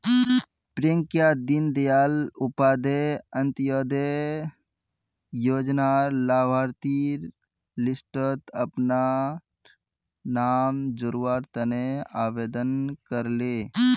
प्रियंका दीन दयाल उपाध्याय अंत्योदय योजनार लाभार्थिर लिस्टट अपनार नाम जोरावर तने आवेदन करले